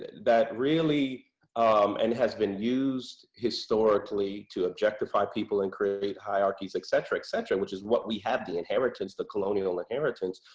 that really um and has been used historically to objectify people and create hierarchies, etc, etc, which is what we have in the inheritance, the colonial inheritance.